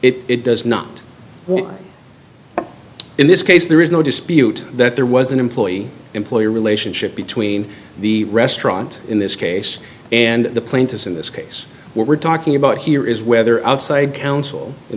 case it does not in this case there is no dispute that there was an employee employer relationship between the restaurant in this case and the plaintiffs in this case we're talking about here is whether outside counsel in